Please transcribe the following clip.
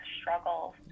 struggles